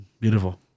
beautiful